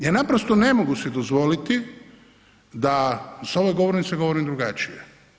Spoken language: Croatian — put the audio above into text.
Ja naprosto ne mogu si dozvoliti da s ove govornice govorim drugačije.